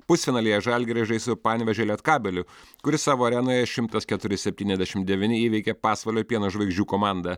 pusfinalyje žalgiris žais su panevėžio lietkabeliu kuris savo arenoje šimtas keturi septyniasdešim devyni įveikė pasvalio pieno žvaigždžių komandą